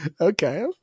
Okay